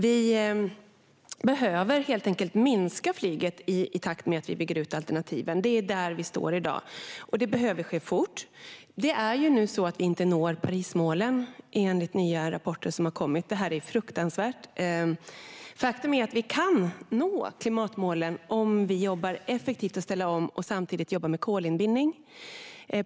Vi behöver helt enkelt minska flyget i takt med att alternativen byggs ut. Det är där vi står i dag, och det behöver ske fort. Nya rapporter visar att Parismålen inte kommer att nås. Det är fruktansvärt. Faktum är att vi kan nå klimatmålen om vi jobbar effektivt med att ställa om och samtidigt jobbar med kolinbindning.